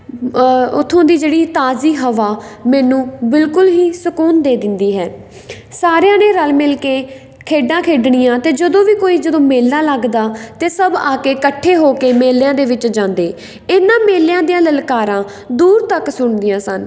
ਉੱਥੋਂ ਦੀ ਜਿਹੜੀ ਤਾਜ਼ੀ ਹਵਾ ਮੈਨੂੰ ਬਿਲਕੁਲ ਹੀ ਸਕੂਨ ਦੇ ਦਿੰਦੀ ਹੈ ਸਾਰਿਆਂ ਨੇ ਰਲ ਮਿਲ ਕੇ ਖੇਡਾਂ ਖੇਡਣੀਆਂ ਅਤੇ ਜਦੋਂ ਵੀ ਕੋਈ ਜਦੋਂ ਮੇਲਾ ਲੱਗਦਾ ਤਾਂ ਸਭ ਆ ਕੇ ਇਕੱਠੇ ਹੋ ਕੇ ਮੇਲਿਆਂ ਦੇ ਵਿੱਚ ਜਾਂਦੇ ਇਹਨਾਂ ਮੇਲਿਆਂ ਦੀਆਂ ਲਲਕਾਰਾਂ ਦੂਰ ਤੱਕ ਸੁਣਦੀਆਂ ਸਨ